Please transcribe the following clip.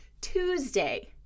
Tuesday